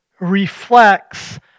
reflects